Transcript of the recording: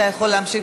אתה יכול להמשיך,